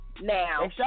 Now